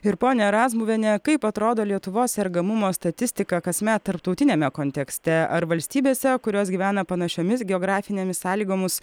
ir ponia razmuviene kaip atrodo lietuvos sergamumo statistika kasmet tarptautiniame kontekste ar valstybėse kurios gyvena panašiomis geografinėmis sąlygomis